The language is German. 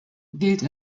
gilt